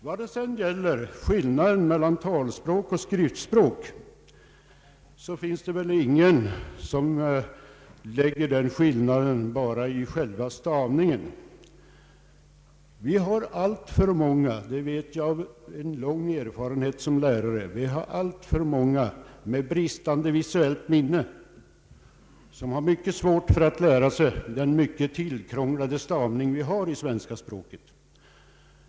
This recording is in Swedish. När det gäller skillnaden mellan talspråk och skriftspråk finns det väl ingen som ser bara på skillnaden i fråga om själva stavningen. Vi har alltför många — det vet jag på grund av en lång erfarenhet som lärare — med bristande visuellt minne, som har mycket svårt för att lära sig den mycket tillkrånglade stavning vi har i det svenska språket.